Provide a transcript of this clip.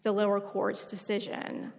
the lower court's decision